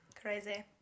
Crazy